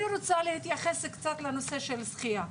אני רוצה להתייחס קצת לנושא של שחיה,